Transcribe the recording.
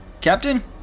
Captain